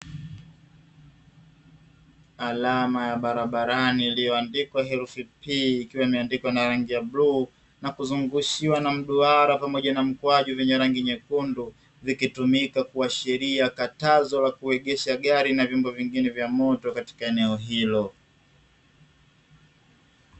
Alama ya barabarani iliyoandikwa herufi P ikiwa imeandikwa na rangi ya bluu na kuzungushiwa na mduara pamoja na mkwaju wenye rangi ya bluu, vikitumika kuwajulisha katazo la kuegesha gari na vyombo vya moto katika eneo hilo.